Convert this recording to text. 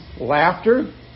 laughter